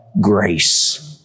grace